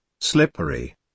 Slippery